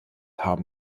haben